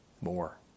more